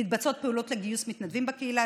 מתבצעות פעולות לגיוס מתנדבים בקהילה,